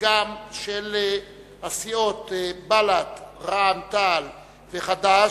של הסיעות בל"ד, רע"ם-תע"ל וחד"ש.